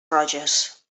roges